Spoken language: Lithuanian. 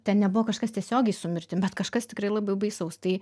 ten nebuvo kažkas tiesiogiai su mirtim bet kažkas tikrai labai baisaus tai